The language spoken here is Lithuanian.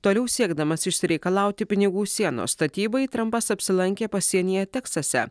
toliau siekdamas išsireikalauti pinigų sienos statybai trampas apsilankė pasienyje teksase